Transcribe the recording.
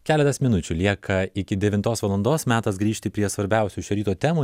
keletas minučių lieka iki devintos valandos metas grįžti prie svarbiausių šio ryto temų